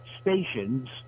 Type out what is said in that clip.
stations